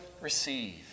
receive